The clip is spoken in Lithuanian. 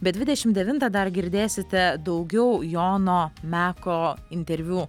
be dvidešim devintą dar girdėsite daugiau jono meko interviu